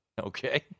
Okay